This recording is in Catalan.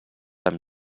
amb